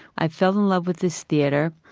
i fell in love with this theater,